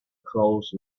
close